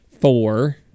four